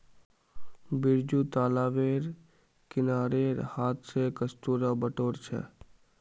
बिरजू तालाबेर किनारेर हांथ स कस्तूरा बटोर छ